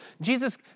Jesus